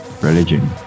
religion